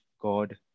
God